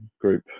group